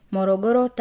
Morogoro